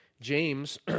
James